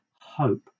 hope